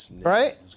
right